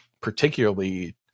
particularly